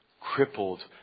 crippled